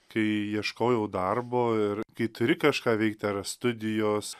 kai ieškojau darbo ir kai turi kažką veikt ar studijos